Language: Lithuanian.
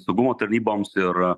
saugumo tarnyboms ir